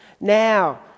Now